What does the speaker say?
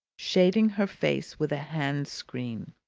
shading her face with a hand-screen.